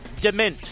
DeMint